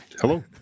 hello